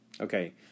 Okay